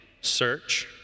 Search